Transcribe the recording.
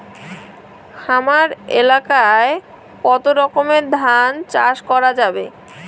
হামার এলাকায় কতো রকমের ধান চাষ করা যাবে?